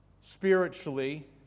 spiritually